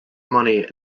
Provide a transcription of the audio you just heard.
money